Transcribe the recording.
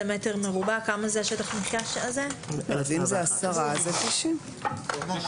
אם כן, אם אלה 10 מטרים רבועים, אלה 90 תרנגולות.